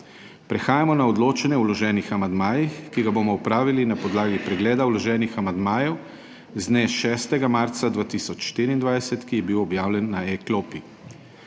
Prehajamo na odločanje o vloženih amandmajih, ki ga bomo opravili na podlagi pregleda vloženih amandmajev z dne 6. marca 2024, ki je bil objavljen na e-klopi.